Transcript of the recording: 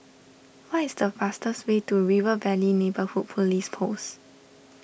what is the fastest way to River Valley Neighbourhood Police Post